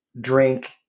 drink